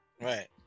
Right